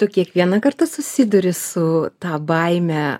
tu kiekvieną kartą susiduri su ta baime